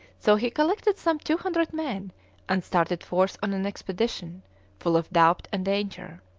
so he collected some two hundred men and started forth on an expedition full of doubt and danger.